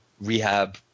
rehab